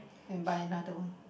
and buy another one